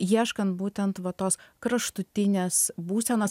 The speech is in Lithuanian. ieškant būtent va tos kraštutinės būsenos